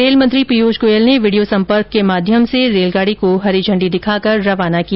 rail मंत्री पीयूष गोयल ने video सम्पर्क के माध्यम से रेलगाड़ी को हरी झंडी दिखाकर रवाना किया